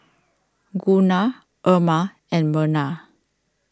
Gunnar Irma and Merna